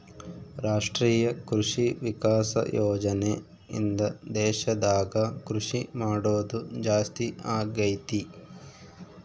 ರಾಷ್ಟ್ರೀಯ ಕೃಷಿ ವಿಕಾಸ ಯೋಜನೆ ಇಂದ ದೇಶದಾಗ ಕೃಷಿ ಮಾಡೋದು ಜಾಸ್ತಿ ಅಗೈತಿ